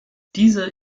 diese